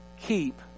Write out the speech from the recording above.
keep